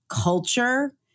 culture